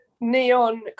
neon